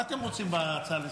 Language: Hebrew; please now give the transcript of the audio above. מה אתם רוצים בהצעה לסדר-היום?